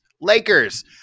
Lakers